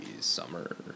summer